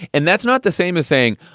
and that's not the same as saying,